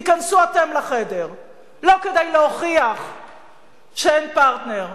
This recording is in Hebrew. תיכנסו אתם לחדר לא כדי להוכיח שאין פרטנר,